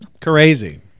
Crazy